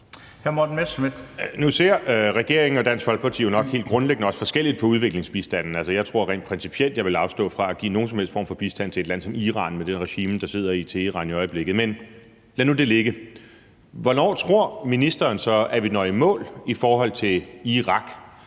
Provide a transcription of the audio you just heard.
Morten Messerschmidt (DF): Nu ser regeringen og Dansk Folkeparti jo nok helt grundlæggende også forskelligt på udviklingsbistanden. Jeg tror rent principielt, jeg vil afstå fra at give nogen som helst form for bistand til et land som Iran med det regime, der sidder i Teheran i øjeblikket, men lad nu det ligge. Hvornår tror ministeren så at vi når i mål i forhold til Irak?